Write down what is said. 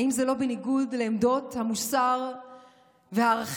האם זה לא בניגוד לעמדות המוסר והערכים